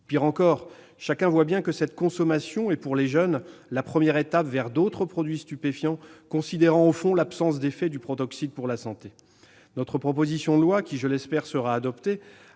Pis, chacun voit bien que cette consommation est pour les jeunes la première étape vers d'autres produits stupéfiants, considérant l'absence d'effets du protoxyde pour la santé. Notre proposition de loi, qui, je l'espère, sera adoptée,